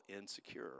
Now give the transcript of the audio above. insecure